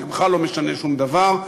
זה בכלל לא משנה שום דבר.